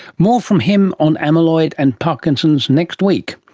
more from him on amyloid and parkinson's next week.